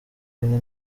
rimwe